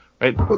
Right